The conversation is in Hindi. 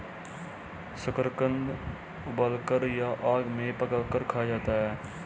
शकरकंद उबालकर या आग में पकाकर खाया जाता है